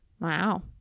Wow